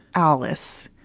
alice,